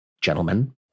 gentlemen